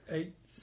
Eight